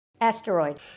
asteroid